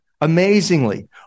amazingly